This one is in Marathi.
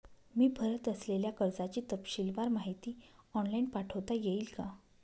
मी भरत असलेल्या कर्जाची तपशीलवार माहिती ऑनलाइन पाठवता येईल का?